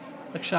בבקשה.